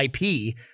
IP